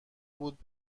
بود